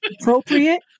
appropriate